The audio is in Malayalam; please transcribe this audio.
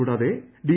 കൂടാതെ ഡി